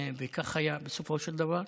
וכך היה בסופו של דבר.